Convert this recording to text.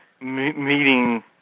meeting